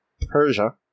persia